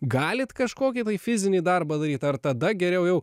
galit kažkokį fizinį darbą daryt ar tada geriau jau